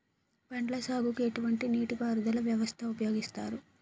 పండ్ల సాగుకు ఎటువంటి నీటి పారుదల వ్యవస్థను ఉపయోగిస్తారు?